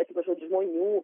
atsiprašau žmonių